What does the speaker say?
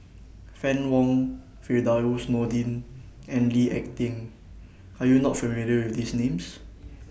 Fann Wong Firdaus Nordin and Lee Ek Tieng Are YOU not familiar with These Names